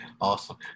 Awesome